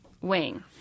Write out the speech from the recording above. wing